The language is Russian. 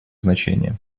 значение